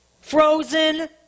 frozen